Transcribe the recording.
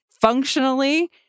functionally